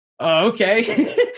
okay